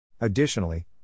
additionally